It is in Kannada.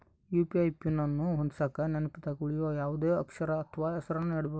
ಯು.ಪಿ.ಐ ಪಿನ್ ಅನ್ನು ಹೊಂದಿಸಕ ನೆನಪಿನಗ ಉಳಿಯೋ ಯಾವುದೇ ಅಕ್ಷರ ಅಥ್ವ ಹೆಸರನ್ನ ನೀಡಬೋದು